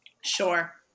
Sure